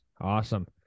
awesome